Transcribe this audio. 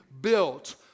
built